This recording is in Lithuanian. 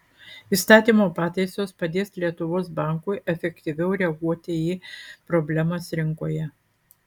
įstatymo pataisos padės lietuvos bankui efektyviau reaguoti į problemas rinkoje